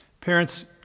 Parents